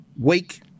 week